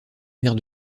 mère